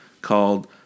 called